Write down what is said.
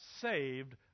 saved